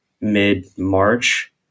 mid-March